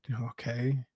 okay